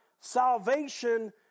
salvation